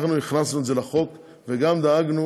אנחנו הכנסנו את זה לחוק וגם דאגנו